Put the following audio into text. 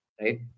right